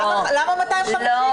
למה 250?